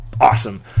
awesome